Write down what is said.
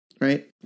right